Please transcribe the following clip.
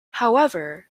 however